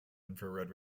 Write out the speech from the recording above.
infrared